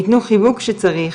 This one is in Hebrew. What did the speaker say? ייתנו חיבוק כשצריך,